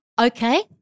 Okay